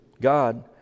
God